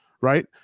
right